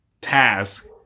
task